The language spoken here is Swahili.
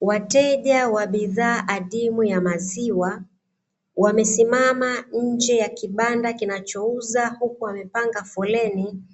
Wateja wa bidhaa adimu ya maziwa, wamesimama nje ya kibanda kinachouza huku wamepanga foleni,